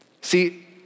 See